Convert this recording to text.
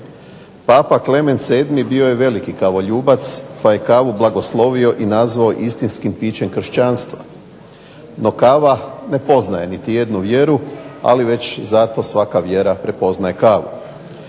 Papa Klemen VII bio je veliki kavoljubac pa je kavu blagoslovio i nazvao istinskim pićem kršćanstva, no kava ne poznaje niti jednu vjeru, ali već zato svaka vjera prepoznaje kavu.